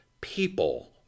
People